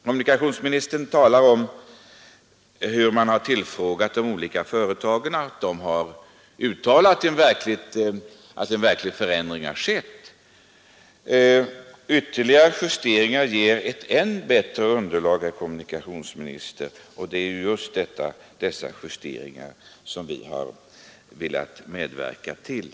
Kommunikationsministern talade om att man har tillfrågat olika företagare, som har uttalat att en vettig förändring har skett. Ytterligare justeringar ger ett ännu bättre underlag, herr kommunikationsminister. Det är sådana justeringar vi har velat medverka till.